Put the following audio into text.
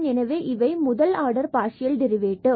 எனவே இவை முதல் ஆர்டர் பார்சியல் டெரிவேட்டிவ்